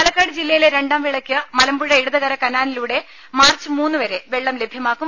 പാലക്കാട് ജില്ലയിലെ രണ്ടാംവിളയ്ക്ക് മലമ്പുഴ ഇടതുകര കനാലിലൂടെ മാർച്ച് മൂന്നുവരെ വെള്ളം ലഭ്യമാക്കും